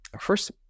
First